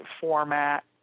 format